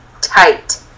tight